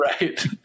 right